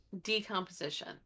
decomposition